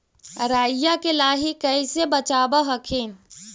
राईया के लाहि कैसे बचाब हखिन?